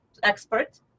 expert